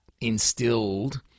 instilled